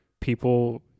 people